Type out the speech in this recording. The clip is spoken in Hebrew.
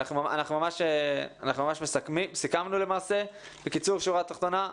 שורה תחתונה,